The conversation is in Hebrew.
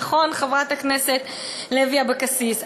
נכון, חברת הכנסת לוי אבקסיס.